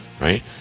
right